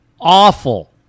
awful